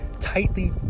tightly